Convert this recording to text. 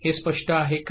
हे स्पष्ट आहे का